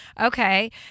okay